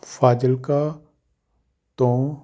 ਫ਼ਜ਼ਿਲਕਾ ਤੋਂ